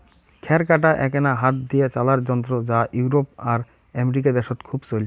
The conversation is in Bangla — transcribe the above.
খ্যার কাটা এ্যাকনা হাত দিয়া চালার যন্ত্র যা ইউরোপ আর আমেরিকা দ্যাশত খুব চইল